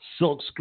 silkscreen